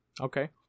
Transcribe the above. Okay